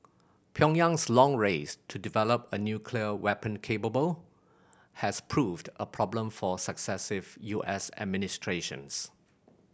Pyongyang's long race to develop a nuclear weapon capable has proved a problem for successive U S administrations